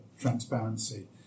transparency